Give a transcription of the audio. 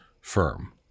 firm